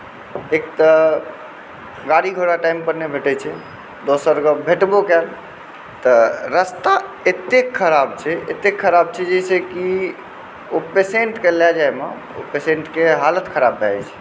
एक तऽ गाड़ी घोड़ा टाइम पर नहि भेटै छै दोसर गप भेटबो कयल तऽ रास्ता एतेक खराब छै एते खराब छै जाहिसँ कि ओ पेसेन्टके लऽ जायमे ओ पेसेन्टके हालत खराब भए जाइ छै